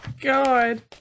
god